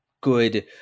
good